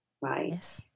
right